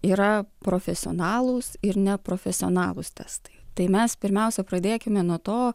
yra profesionalūs ir neprofesionalūs testai tai mes pirmiausia pradėkime nuo to